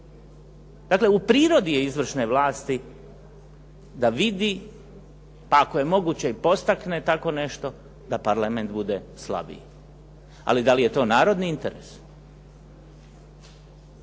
Dakle, u prirodi je izvršne vlasti da vidi, pa ako je moguće i podstakne tako nešto da parlament bude slabiji. Ali da li je to narodni interes?